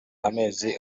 amezi